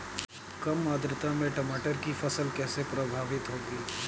कम आर्द्रता में टमाटर की फसल कैसे प्रभावित होगी?